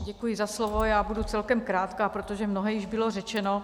Děkuji za slovo, já budu celkem krátká, protože mnohé již bylo řečeno.